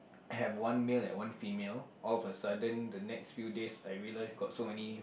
have one male and one female all of a sudden the next few days I realise got so many